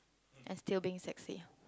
and still being sexy